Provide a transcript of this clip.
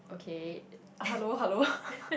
okay